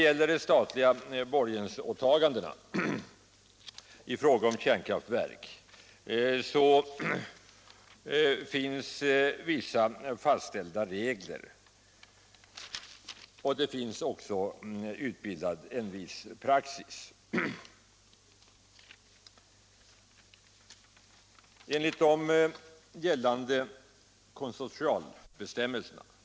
För de statliga borgensåtagandena i fråga om kärnkraftverk finns vissa fastställda regler. En viss praxis finns också utvecklad.